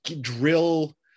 drill